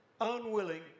unwilling